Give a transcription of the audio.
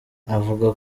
abavuga